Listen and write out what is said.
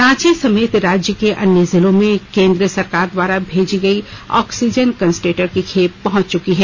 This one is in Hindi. रांची समेत राज्य के अन्य जिलों में केंद्र सरकार द्वारा भेजी गयी ऑक्सीजन कंस्ट्रेटर की खेप पहुंच चुकी है